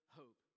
hope